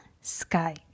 sky